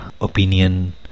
opinion